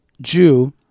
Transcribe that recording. Jew